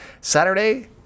Saturday